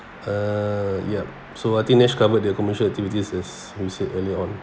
uh yup so I think nesh covered the commercial activities as we said earlier on